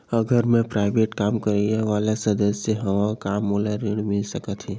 अगर मैं प्राइवेट काम करइया वाला सदस्य हावव का मोला ऋण मिल सकथे?